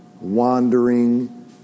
wandering